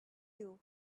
you